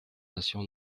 nations